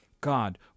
God